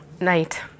night